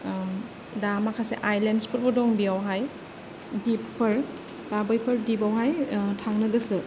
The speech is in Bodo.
दा माखासे आयलेन्सफोरबो दं बेयावहाय द्विपफोर दा बैफोर द्विपावहाय थांनो गोसो